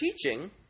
teaching